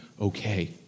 okay